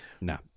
No